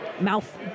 mouth